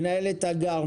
מנהלת הגר,